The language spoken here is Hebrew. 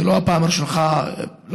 זאת לא פעם ראשונה בחקיקות